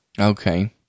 Okay